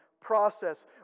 process